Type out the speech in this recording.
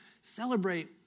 celebrate